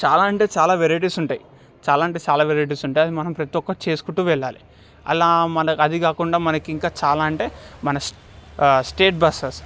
చాలా అంటే చాలా వెరైటీస్ ఉంటాయి చాలా అంటే చాలా వెరైటీస్ ఉంటాయి అది మనం ప్రతి ఒక్కటి చేసుకుంటూ వెళ్లాలి అలా మనకు అది కాకుండా మనకు ఇంకా చాలా అంటే మన స్టేట్ బస్సెస్